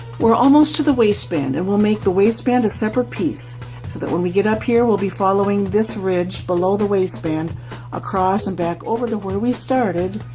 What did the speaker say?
we're almost to the waistband and we'll make the waistband a separate piece so that when we get up here we'll be following this ridge below the waistband across and back over to where we started